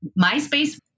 MySpace